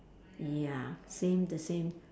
ya same the same